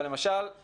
למשל,